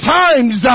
times